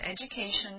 education